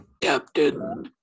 captain